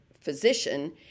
physician